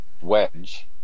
Wedge